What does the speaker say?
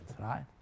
right